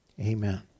Amen